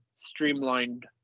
streamlined